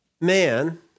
man